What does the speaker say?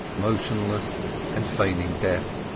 motionless and feigning death.